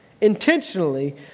intentionally